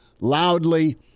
loudly